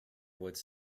woods